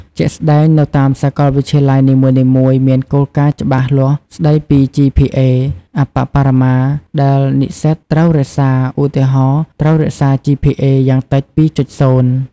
ជាក់ស្ដែង នៅតាមសាកលវិទ្យាល័យនីមួយៗមានគោលការណ៍ច្បាស់លាស់ស្តីពី GPA អប្បបរមាដែលនិស្សិតត្រូវរក្សា ឧទាហរណ៍ ត្រូវរក្សា GPA យ៉ាងតិច ២.០។